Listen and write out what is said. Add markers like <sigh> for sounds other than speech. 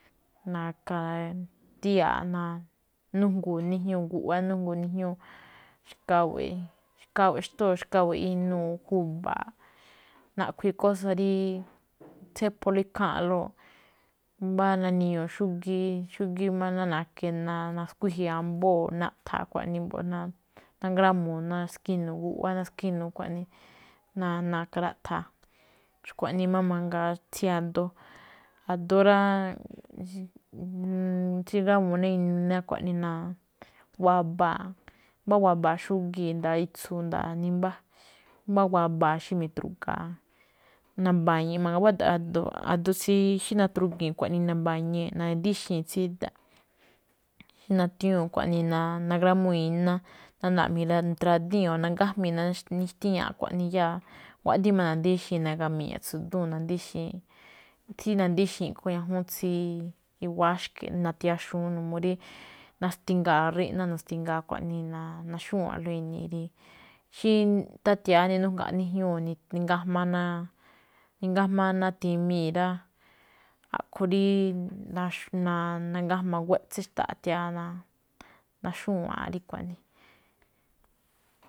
Na̱ka̱tíya̱a̱ꞌ ná nanújngoo̱ ná níjñúu guꞌwá, nanujgoo̱ ná nijñúu̱, xkawe̱ꞌ, xkawe̱ꞌ xtóo̱, xkawe̱ꞌ inuu̱, ju̱baa̱ꞌ. Naꞌkhui̱i̱ kósa̱ rí <noise> tsépholóꞌ ikháanꞌlóꞌ, mbá naniñuu̱ xúgíí, xúgíí máꞌ na̱kee̱, naskuíjii̱ amboo̱, naꞌtha̱a̱ xkuaꞌnii mbo̱ꞌ, ná nangrámuu̱, ná eskínu̱u̱ guꞌwá. Eskínu̱u̱ xkuaꞌnii, ná naka̱ raꞌtha̱a̱. Xkuaꞌnii máꞌ mangaa tsí a̱do, a̱do rá, <hesitation> ngrámuu̱ ná inuu iná xkuaꞌnii ná wabaa̱, mbá wabaa̱ xúgii̱, nda̱a̱ itsu̱u̱ nimbá, mbá wabaa̱ xí mi̱tru̱ga̱a̱, na̱ba̱ñii̱ mangaa. Guáda̱ꞌ a̱do tsí xí natrugi̱i̱n xkuaꞌnii naba̱ñi̱i̱ꞌ, na̱díxi̱i̱ tsída̱ꞌ xí nathiñúu̱ xkuaꞌnii, nan- nangrámúu̱ iná, ná naꞌmbi̱i̱ rá, naradíi̱n o najngámii̱ ná xtíñaa xkuaꞌnii, yá naguáꞌdii̱n na̱díxi̱i̱n na̱ga̱mi̱ña̱ꞌ tsu̱dúu̱n, na̱díxi̱i̱n. Tsí na̱díxi̱i̱n a̱ꞌkhue̱n ñajúún tsí i̱wa̱á xke̱ꞌ natiaxu̱ún n <hesitation> uu rí na̱sti̱ngaa̱ ríꞌná, nu̱sti̱ngaa̱ xkuaꞌnii naxúwa̱nꞌlóꞌ ini̱i̱. Xí táthi̱ya̱á ninújngaa ná níjñuu̱, ningájmáá ná, nijngámáá ná timii̱ rá. A̱ꞌkhue̱n rí <hesitation> nangájma guéꞌtsen ná xtáa̱ nathiyáá, naxúwa̱a̱nꞌ rí xkuaꞌnii.